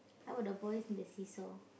how about the boys in the seesaw